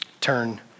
turn